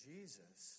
Jesus